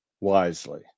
wisely